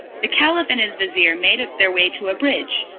the caliph and his vizir made their way to a bridge,